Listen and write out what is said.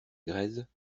grèzes